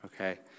okay